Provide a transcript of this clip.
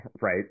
right